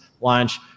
launch